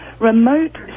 remote